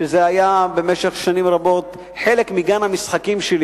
שהיה במשך שנים רבות חלק מגן המשחקים שלי